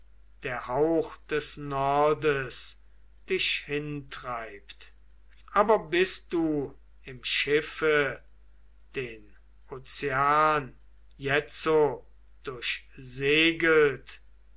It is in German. der hauch des nordes dich hintreibt aber bist du im schiffe den ozean jetzo